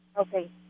Okay